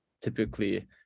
typically